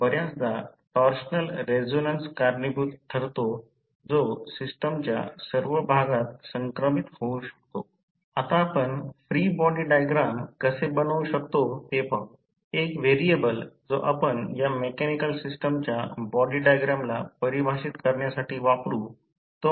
तर त्यानंतर एक सिंगल फेज 3 KVA ट्रान्सफॉर्मर आहे 230 115 व्होल्ट 50 हर्ट्ज ट्रान्सफॉर्मर मध्ये पुढील स्थिर पदे R 1 दिले X दिले जाते R 2 X देखील दिले आहे आणि R C कोल लॉस चा घटक प्रतिकार दिला जातो आणि चुंबकीय घटक प्रतिक्रिया दिली जाते सर्व काही दिले आहे